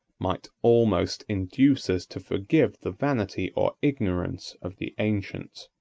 might almost induce us to forgive the vanity or ignorance of the ancients.